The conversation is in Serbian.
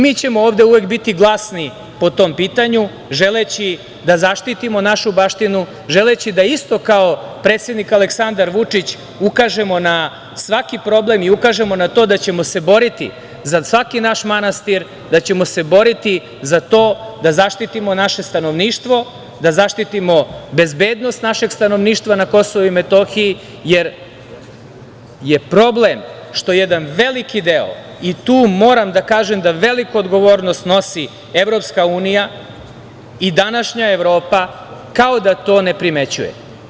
Mi ćemo ovde uvek biti glasni po tom pitanju, želeći da zaštitimo našu baštinu, želeći da isto kao predsednik Aleksandar Vučić ukažemo na svaki problem i ukažemo na to da ćemo se boriti za svaki naš manastir, da ćemo se boriti za to da zaštitimo naše stanovništvo, da zaštitimo bezbednost našeg stanovništva na Kosovu i Metohiji, jer je problem što jedan veliki deo, i tu moram da kažem da veliku odgovornost nosi Evropska unija i današnja Evropa, kao da to ne primećuje.